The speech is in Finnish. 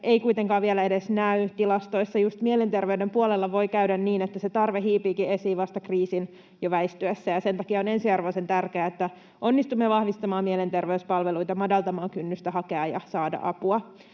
ei kuitenkaan vielä edes näy tilastoissa. Just mielenterveyden puolella voi käydä niin, että se tarve hiipiikin esiin vasta kriisin jo väistyessä, ja sen takia on ensiarvoisen tärkeää, että onnistumme vahvistamaan mielenterveyspalveluita, madaltamaan kynnystä hakea ja saada apua.